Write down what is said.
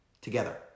together